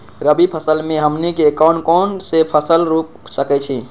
रबी फसल में हमनी के कौन कौन से फसल रूप सकैछि?